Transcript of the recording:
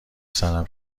سرم